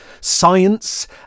science